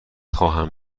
خواهم